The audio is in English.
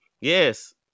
Yes